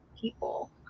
people